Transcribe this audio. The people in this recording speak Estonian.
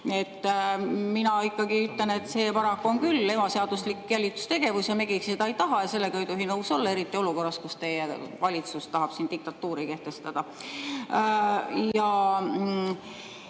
ütlen ikkagi, et see paraku on küll ebaseaduslik jälitustegevus. Meie keegi seda ei taha ja sellega ei tohi nõus olla, eriti olukorras, kus teie valitsus tahab diktatuuri kehtestada. Ma